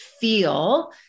feel